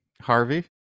Harvey